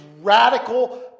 radical